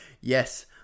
yes